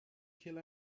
kill